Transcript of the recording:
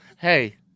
Hey